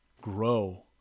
Grow